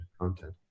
content